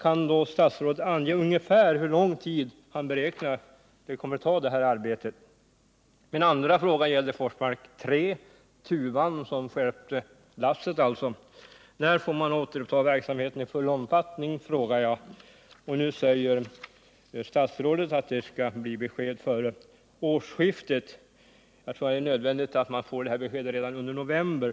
Kan statsrådet ange ungefär hur lång tid detta arbete beräknas ta? Min andra fråga gällde Forsmark 3 — tuvan som stjälpte regeringslasset alltså. När får verksamheten där återupptas i full omfattning? Nu säger statsrådet att det skall lämnas ett besked före årsskiftet, men jag tror det är nödvändigt att det beskedet lämnas redan under november.